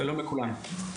שלום לכולם.